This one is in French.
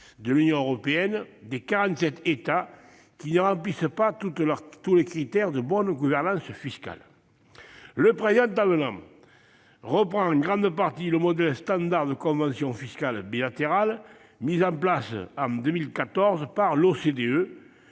de l'Union européenne des quarante-sept États ne remplissant pas tous les critères de bonne gouvernance fiscale. Le présent avenant reprend en grande partie le modèle standard de convention fiscale bilatérale mis en place en 2014 par l'OCDE,